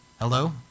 hello